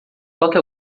toque